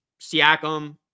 Siakam